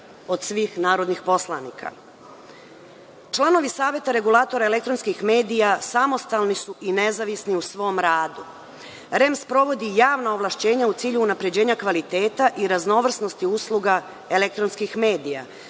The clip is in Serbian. od svih narodnih poslanika. Članovi Saveta regulatora elektronskih medija samostalni su i nezavisni u svom radu. REM sprovodi javna ovlašćenja u cilju unapređenja kvaliteta i raznovrsnosti usluga elektronskih medija,